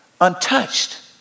untouched